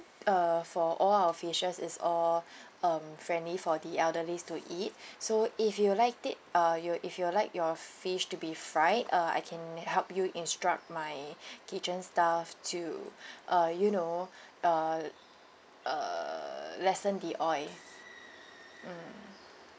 uh for all our fishes is all um friendly for the elderly to eat so if you'll liked it uh you if you like your fish to be fried uh I can help you instruct my kitchen staff to uh you know uh uh lessen the oil mm